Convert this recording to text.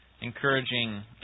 encouraging